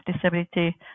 disability